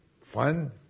fun